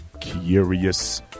Curious